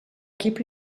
keep